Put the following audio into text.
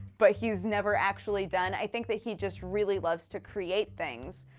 but he's never actually done. i think that he just really loves to create things.